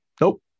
Nope